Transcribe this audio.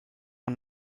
und